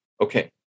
Okay